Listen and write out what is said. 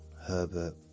Herbert